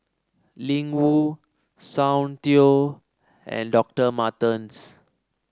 Ling Wu Soundteoh and Doctor Martens